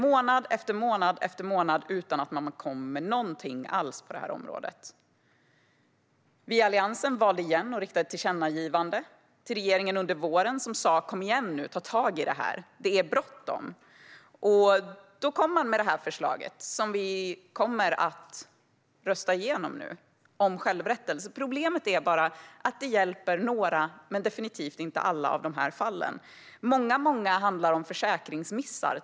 Månad efter månad gick utan att någonting alls kom fram på området. Vi i Alliansen valde under våren att åter rikta ett tillkännagivande till regeringen för att säga: Kom igen nu! Ta tag i det här, för det är bråttom! Då kom regeringen med det förslag om självrättelse som riksdagen nu kommer att rösta igenom. Problemet är bara att det hjälper några men definitivt inte alla av dessa fall. Många gånger handlar det exempelvis om försäkringsmissar.